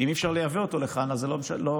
אם אי-אפשר לייבא אותו לכאן אז זה לא עוזר.